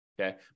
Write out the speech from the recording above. okay